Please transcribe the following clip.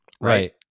Right